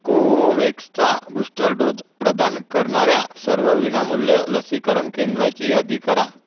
कोव्हॅक्सचा booster dose प्रदान करनणाऱ्या सर्व विनामूल्य लसीकरण केंद्राची यादी करा